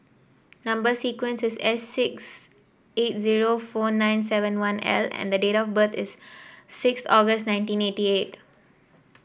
number sequence is S six eight zero four nine seven one L and date of birth is six August nineteen eighty eight